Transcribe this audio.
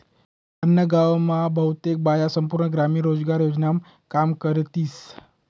आम्ना गाव मा बहुतेक बाया संपूर्ण ग्रामीण रोजगार योजनामा काम करतीस